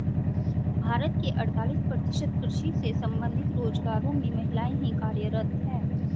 भारत के अड़तालीस प्रतिशत कृषि से संबंधित रोजगारों में महिलाएं ही कार्यरत हैं